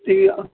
ਅਤੇ